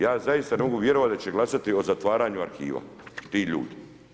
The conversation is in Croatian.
Ja zaista ne mogu vjerovati da će glasati o zatvaranju arhiva ti ljudi.